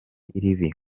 ribi